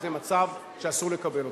וזה מצב שאסור לקבל אותו.